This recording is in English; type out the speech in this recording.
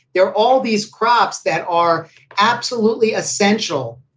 there are all these crops that are absolutely essential.